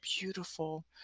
beautiful